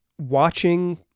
watching